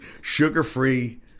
sugar-free